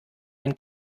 ein